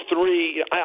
three